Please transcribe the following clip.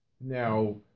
now